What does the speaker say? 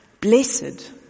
blessed